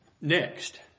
next